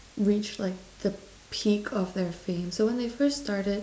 reached like the peak of their fame so when they first started